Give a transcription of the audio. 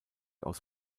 aus